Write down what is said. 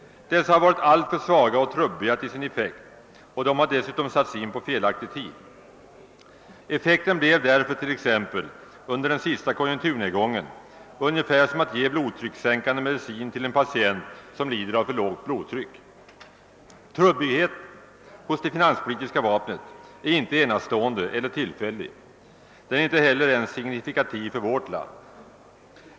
Dessa har varit alltför svaga och trubbiga till sin effekt och har dessutom satts in vid fel tidpunkt. Effekten blev därför t.ex. under den senaste konjunkturnedgången ungefär densamma som den som skulle åstadkommas om man gav blodtryckssänkande medicin till en patient som lider av för lågt blodtryck. Trubbigheten hos det finanspolitiska vapnet är icke enastående eller tillfällig -— den är inte ens signifikativ för vårt land.